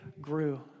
grew